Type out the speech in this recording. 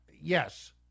Yes